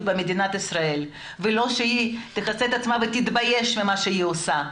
במדינת ישראל ולא שיכסו את עצמם ויתביישו במה שהם עושים.